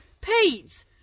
Pete